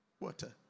Water